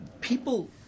people